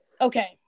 Okay